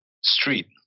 street